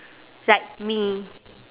like me